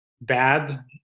bad